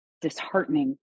disheartening